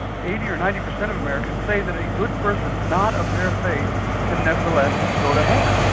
eighty or ninety per cent of americans, say that a good person not of their faith can nevertheless go to heaven.